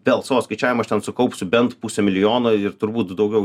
dėl savo skaičiavimų aš ten sukaupsiu bent pusę milijono ir turbūt daugiau